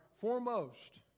foremost